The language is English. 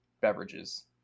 beverages